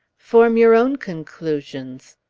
form your own conclusions!